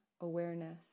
awareness